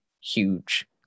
huge